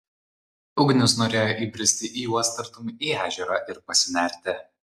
ugnius norėjo įbristi į juos tartum į ežerą ir pasinerti